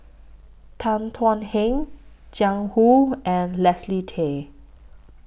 Tan Thuan Heng Jiang Hu and Leslie Tay